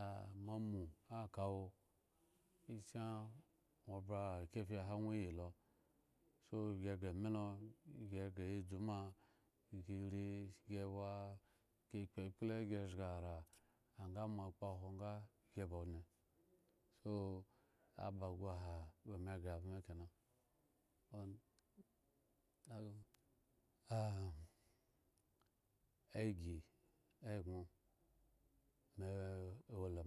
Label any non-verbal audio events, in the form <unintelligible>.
amomu akawo gi se ŋwo bwe akefi ahan ŋwo yi lo so gi ghre ye dzu ma gi rii, gi wa, gi kpo ekple, gi zhgara nga mo akpohwo nga gi ba odŋe aba agu aha ba me ghre aren he kena <unintelligible> agi, egŋo, me wola.